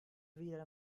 wieder